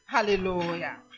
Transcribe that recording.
Hallelujah